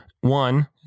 One